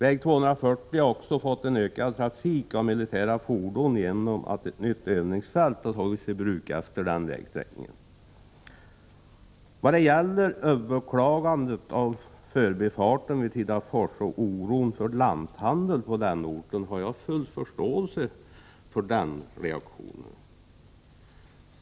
Väg 240 har också fått en ökad trafik av militära fordon genom att ett nytt övningsfält har tagits i bruk utefter den vägsträckan. Vad det gäller överklagandet av förbifarten vid Tidafors och oron för lanthandeln på den orten har jag full förståelse för reaktionerna.